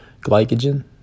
glycogen